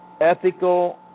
ethical